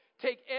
Take